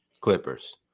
Clippers